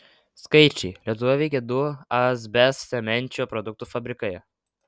skaičiai lietuvoje veikė du asbestcemenčio produktų fabrikai